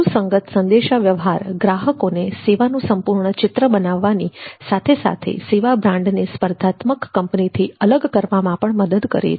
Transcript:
સુસંગત સંદેશાવ્યવહાર ગ્રાહકોને સેવાનું સંપૂર્ણ ચિત્ર બનાવવાની સાથે સાથે સેવા બ્રાન્ડને સ્પર્ધાત્મક સેવા કંપની થી અલગ કરવામાં પણ મદદ કરે છે